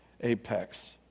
apex